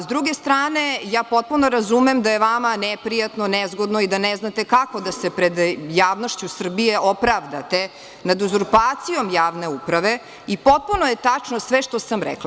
S druge strane, potpuno razumem da je vama neprijatno, nezgodno i da ne znate kako da se pred javnošću Srbije opravdate nad uzurpacijom javne uprave i potpuno je tačno sve što sam rekla.